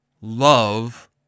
love